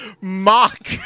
Mock